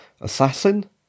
assassin